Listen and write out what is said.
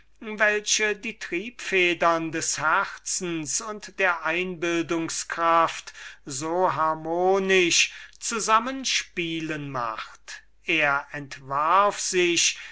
welche die triebfedern des herzens und der einbildungs-kraft so harmonisch zusammenspielen macht er entwarf sich